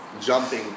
jumping